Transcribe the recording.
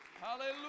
Hallelujah